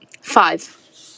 five